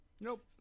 Nope